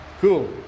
cool